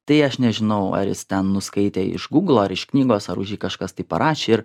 tai aš nežinau ar jis ten nuskaitė iš gūglo ar iš knygos ar už jį kažkas tai parašė ir